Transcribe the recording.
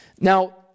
Now